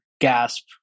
gasp